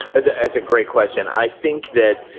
and that's a great question. i think that,